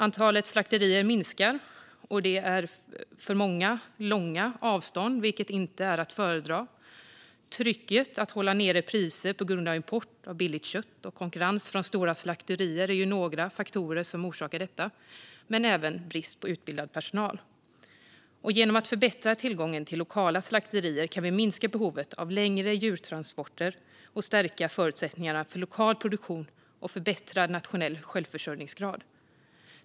Antalet slakterier minskar. Det är också för många långa avstånd, vilket inte är att föredra. Trycket att hålla ned priser på grund av import av billigt kött och konkurrensen från stora slakterier är faktorer som orsakar detta, men det beror även på brist på utbildad personal. Genom att förbättra tillgången till lokala slakterier kan vi minska behovet av längre djurtransporter och stärka förutsättningarna för lokal produktion och förbättrad nationell självförsörjningsgrad.